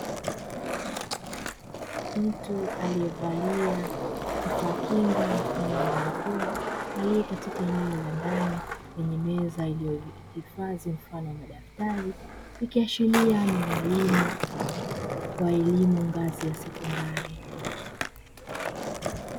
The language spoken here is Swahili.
Mtu aliyevalia kifaa kinga mfano wa barakoa, aliye katika eneo la ndani lenye meza iliyo ifadhi mfano wa madaftari, ikiashiria ni mwalimu wa elimu ngazi ya sekondari.